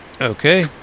Okay